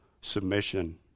submission